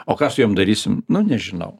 o ką su jom darysim nu nežinau